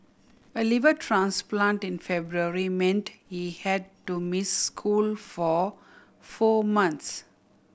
a liver transplant in February meant he had to miss school for four months